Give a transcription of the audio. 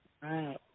right